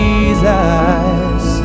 Jesus